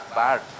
bad